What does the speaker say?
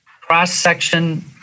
cross-section